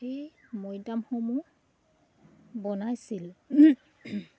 সেই মৈদামসমূহ বনাইছিল